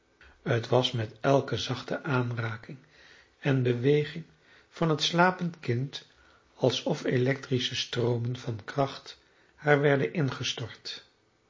het was met elke zachte aanraking en beweging van het slapend kind alsof electrische stroomen van kracht haar werden ingestort